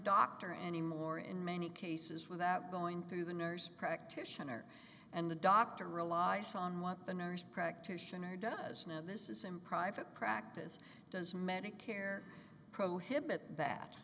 doctor anymore in many cases without going through the nurse practitioner and the doctor relies on what the nurse practitioner does know this is in private practice does medicare prohibit